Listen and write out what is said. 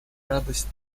радость